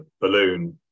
balloon